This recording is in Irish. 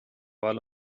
mhaith